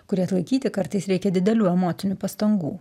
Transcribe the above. kurį atlaikyti kartais reikia didelių emocinių pastangų